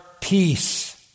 peace